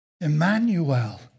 Emmanuel